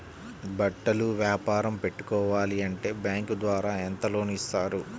బట్టలు వ్యాపారం పెట్టుకోవాలి అంటే బ్యాంకు ద్వారా ఎంత లోన్ ఇస్తారు?